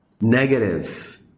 negative